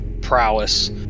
prowess